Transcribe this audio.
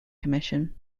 commission